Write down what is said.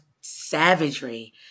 savagery